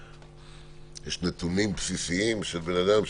יש נתונים בסיסיים של בן אדם,